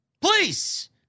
Please